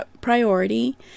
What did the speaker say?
priority